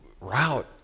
route